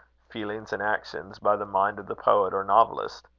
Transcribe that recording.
feelings, and actions, by the mind of the poet or novelist.